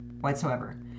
whatsoever